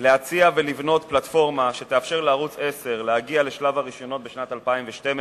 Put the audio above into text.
להציע ולבנות פלטפורמה שתאפשר לערוץ-10 להגיע לשלב הרשיונות בשנת 2012,